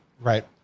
Right